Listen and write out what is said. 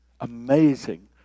amazing